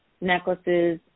necklaces